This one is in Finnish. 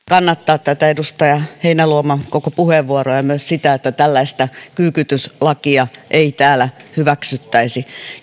kannattaa tätä edustaja heinäluoman koko puheenvuoroa ja myös sitä että tällaista kyykytyslakia ei täällä hyväksyttäisi